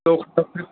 औ हाब लिटार